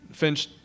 Finch